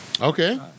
Okay